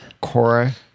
Cora